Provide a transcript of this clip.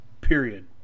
period